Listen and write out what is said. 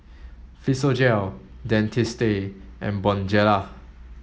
Physiogel Dentiste and Bonjela